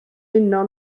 uno